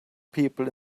people